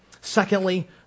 Secondly